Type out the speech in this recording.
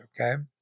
okay